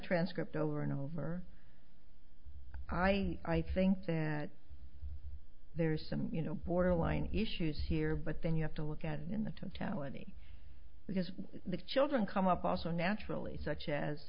transcript over and over i i think that there's some you know borderline issues here but then you have to look at it in the totality because the children come up also naturally such as